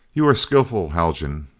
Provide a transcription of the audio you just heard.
you are skillful, haljan.